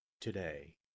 today